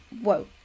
Whoa